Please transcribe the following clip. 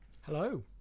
hello